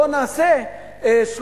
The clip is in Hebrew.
בואו נעשה 30%,